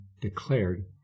declared